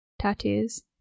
tattoos